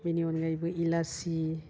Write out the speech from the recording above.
बेनि अनगायैबो इलासि